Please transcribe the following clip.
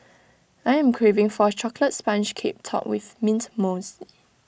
I am craving for A Chocolate Sponge Cake Topped with Mint Mousse